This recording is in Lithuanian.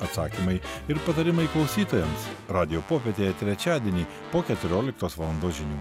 atsakymai ir patarimai klausytojams radijo popietėje trečiadienį po keturioliktos valandos žinių